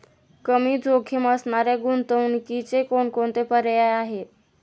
कमी जोखीम असणाऱ्या गुंतवणुकीचे कोणकोणते पर्याय आहे?